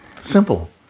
Simple